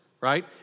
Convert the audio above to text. right